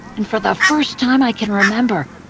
and for the first time i can remember,